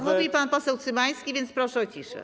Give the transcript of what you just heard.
Mówi pan poseł Cymański, więc proszę o ciszę.